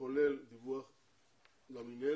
כולל דיווח למִנהלת,